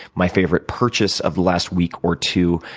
my favorite purchase of last week or two,